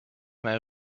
mijn